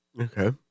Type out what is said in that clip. Okay